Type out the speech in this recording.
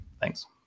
Thanks